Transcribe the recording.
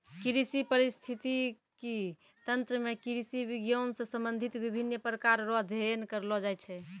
कृषि परिस्थितिकी तंत्र मे कृषि विज्ञान से संबंधित विभिन्न प्रकार रो अध्ययन करलो जाय छै